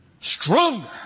Stronger